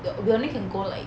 we~ we only can go like